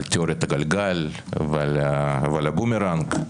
תיאוריית הגלגל ועל הבומרנג,